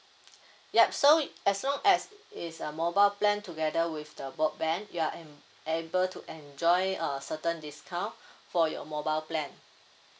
yup so as long as it's a mobile plan together with the broadband you are en~ able to enjoy a certain discount for your mobile plan